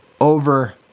over